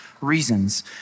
reasons